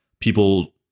people